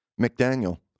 McDaniel